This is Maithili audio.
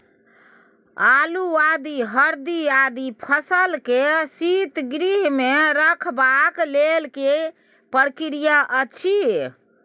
आलू, आदि, हरदी आदि फसल के शीतगृह मे रखबाक लेल की प्रक्रिया अछि?